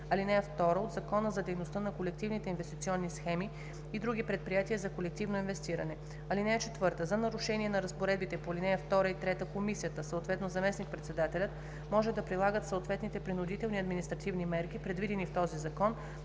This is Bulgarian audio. ал. 2 от Закона за дейността на колективните инвестиционни схеми и други предприятия за колективно инвестиране. (4) За нарушение на разпоредбите по ал. 2 и 3 Комисията, съответно заместник-председателят, може да прилагат съответните принудителни административни мерки, предвидени в този закон.